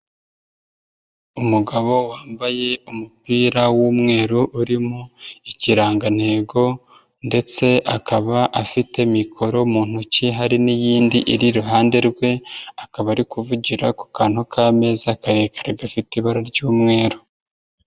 Umugabo wambaye umupira w'umweru urimo ikirangantego ndetse akaba afite mikoro mu ntoki hari n'iyindi iri iruhande rwe, akaba ari kuvugira ku kantu k'ameza karekare gafite ibara ry'umweru.